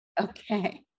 Okay